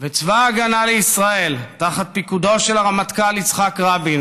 וצבא ההגנה לישראל תחת פיקודו של הרמטכ"ל יצחק רבין,